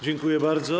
Dziękuję bardzo.